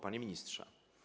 Panie Ministrze!